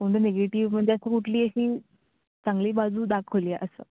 कोण नेगेटीव म्हणजे असं कुठली अशी चांगली बाजू दाखवली आहे असं